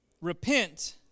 repent